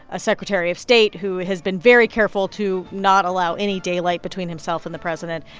a secretary of state who has been very careful to not allow any daylight between himself and the president,